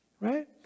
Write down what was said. right